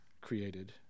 created